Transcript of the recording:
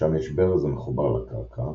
שם יש ברז המחובר לקרקע,